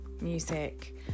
music